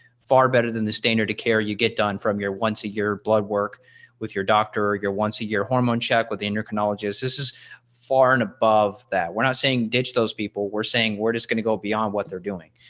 far better than the standard care you get done from your once a year blood work with your doctor, you're once a year hormone check with your endocrinologist, this is far and above that we're not saying, ditch those people we're saying we're just going to go beyond what they're doing.